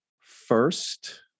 first